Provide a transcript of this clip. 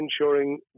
ensuring